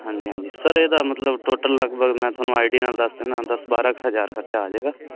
ਹਾਂਜੀ ਹਾਂਜੀ ਸਰ ਇਹਦਾ ਮਤਲਬ ਟੋਟਲ ਲਗਭਗ ਮੈਂ ਤੁਹਾਨੂੰ ਆਈਡੀਆ ਨਾਲ ਦੱਸ ਦਿੰਦਾ ਦਸ ਬਾਰ੍ਹਾਂ ਕੁ ਹਜ਼ਾਰ ਖਰਚਾ ਆ ਜਾਏਗਾ